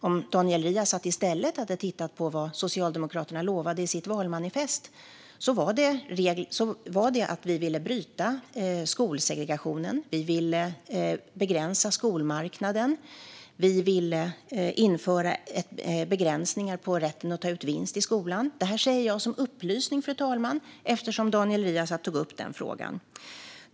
Om Daniel Riazat i stället hade tittat på vad Socialdemokraterna lovade i sitt valmanifest hade han sett att vi ville bryta skolsegregationen, att vi ville begränsa skolmarknaden och att vi ville införa begränsningar av rätten att ta ut vinst i skolan. Det här säger jag som upplysning, fru talman, eftersom Daniel Riazat tog upp frågan.